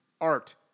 Art